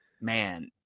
man –